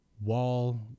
Wall